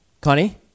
Connie